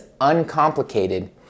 uncomplicated